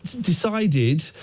decided